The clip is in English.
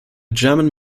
german